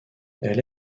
elle